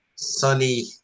sunny